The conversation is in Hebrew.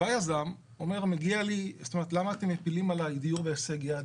בא יזם, אומר למה אתם מפילים עלי דיור בהישג יד?